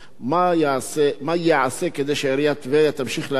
1. מה ייעשה כדי שעיריית טבריה תמשיך להפעיל,